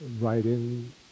writing